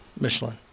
Michelin